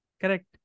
Correct